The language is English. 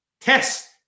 test